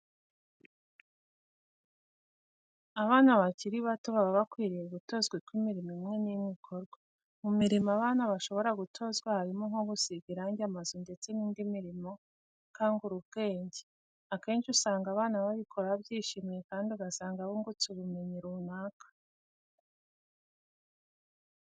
Abana bakiri bato baba bakwiriye gutozwa uko imirimo imwe n'imwe ikorwa. Mu mirimo abana bashobora gutozwa harimo nko gusiga irangi amazu ndetse n'indi mirirmo ikangura ubwenge. Akenshi usanga abana babikora babyishimiye kandi ugasanga bungutse ubumenyi runaka.